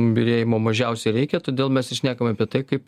byrėjimo mažiausiai reikia todėl mes ir šnekam apie tai kaip